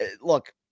look